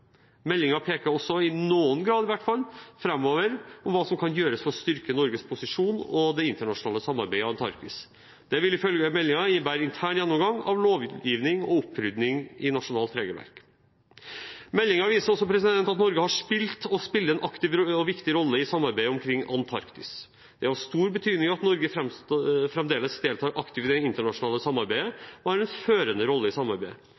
peker også – i noen grad, i hvert fall – framover på hva som kan gjøres for å styrke Norges posisjon og det internasjonale samarbeidet i Antarktis. Dette vil ifølge meldingen innebære intern gjennomgang av lovgiving og opprydding i nasjonalt regelverk. Meldingen viser også at Norge har spilt og spiller en aktiv og viktig rolle i samarbeidet om Antarktis. Det er av stor betydning at Norge fremdeles deltar aktivt i det internasjonale samarbeidet og har en førende rolle i samarbeidet.